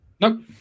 Nope